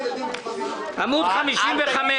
------ מערכה קשה.